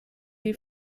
die